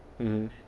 mmhmm